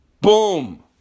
Boom